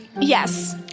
Yes